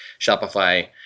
Shopify